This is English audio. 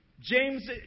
James